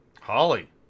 Holly